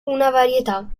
varietà